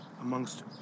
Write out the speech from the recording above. amongst